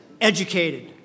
educated